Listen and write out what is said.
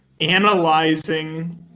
analyzing